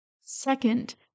Second